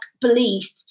belief